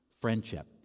friendship